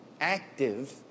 active